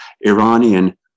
Iranian